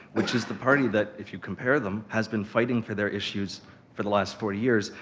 which is the party that, if you compare them, has been fighting for their issues for the last forty years.